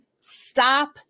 stop